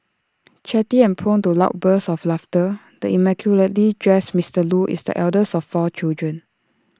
chatty and prone to loud bursts of laughter the immaculately dressed Mister Loo is the eldest of four children